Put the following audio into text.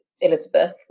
Elizabeth